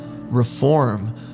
reform